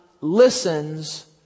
listens